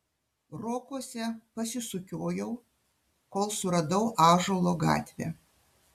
rokuose pasisukiojau kol suradau ąžuolo gatvę